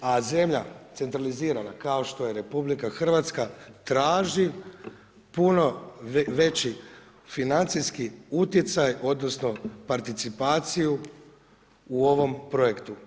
A zemlja centralizirana kao što je RH traži puno veći financijski utjecaj odnosno participaciju u ovom projektu.